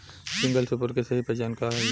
Single super के सही पहचान का हई?